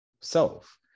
self